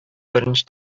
беренче